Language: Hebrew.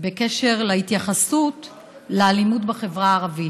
בקשר להתייחסות לאלימות בחברה הערבית.